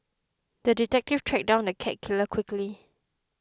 the detective tracked down the cat killer quickly